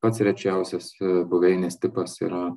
pats rečiausias buveinės tipas yra